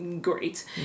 great